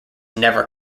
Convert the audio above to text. never